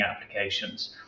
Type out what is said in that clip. applications